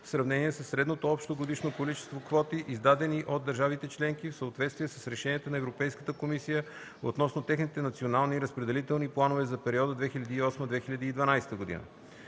в сравнение със средното общо годишно количество квоти, издадени от държавите членки в съответствие с решенията на Европейската комисия относно техните национални разпределителни планове за периода 2008-2012 г.